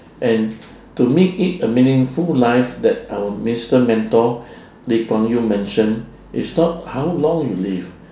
and to make it a meaningful life that our minister mentor lee kuan yew mentioned it's not how long you live